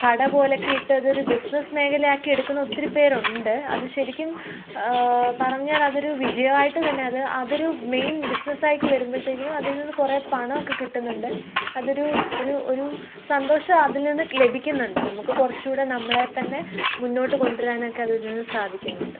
കട പോലെയൊക്കെ ഇട്ട് അതൊരു ബിസ്സ്നസ്സ് മേഖലയാക്കി എടുക്കുന്ന ഒത്തിരി പേരുണ്ട് അത് ശരിക്കും പറഞ്ഞാൽ അ രു വിജയവായിട്ട് തന്നെ അത് അതൊരു മെയിന് ബിസിനസ് ആക്കി വരുമ്പഴത്തേക്കിനും അതില് നിന്ന് കുറേ പണമൊക്കെ കിട്ടുന്നുണ്ട് അതൊരു ഒരു ഒരു സന്തോഷം അതില് നിന്ന് ലഭിക്കുന്നുണ്ട് നമ്മൾക്ക് കുറച്ചു കൂടെ നമ്മളെ തന്നെ മുന്നോട്ട് കൊണ്ടു വരാനൊക്കെ അതില് നിന്ന് സാധിക്കുന്നുണ്ട്